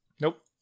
Nope